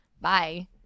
Bye